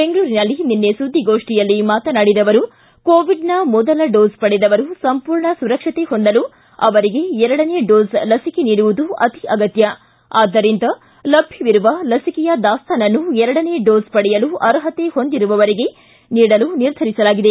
ಬೆಂಗಳೂರಿನಲ್ಲಿ ನಿನ್ನೆ ಸುದ್ದಿಗೋಷ್ಠಿಯಲ್ಲಿ ಮಾತನಾಡಿದ ಅವರು ಕೋವಿಡ್ ಮೊದಲ ಡೋಸ್ ಪಡೆದವರು ಸಂಪೂರ್ಣ ಸುರಕ್ಷತೆ ಹೊಂದಲು ಅವರಿಗೆ ಎರಡನೇ ಡೋಸ್ ಲಸಿಕೆ ನೀಡುವುದು ಅತಿ ಅಗತ್ತ್ ಆದ್ದರಿಂದ ಲಭ್ಯವಿರುವ ಲಸಿಕೆಯ ದಾಸ್ತಾನನ್ನು ಎರಡನೇ ಡೋಸ್ ಪಡೆಯಲು ಅರ್ಹತೆ ಹೊಂದಿರುವವರಿಗೆ ನೀಡಲು ನಿರ್ಧರಿಸಲಾಗಿದೆ